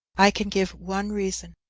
i can give one reason.